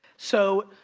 so,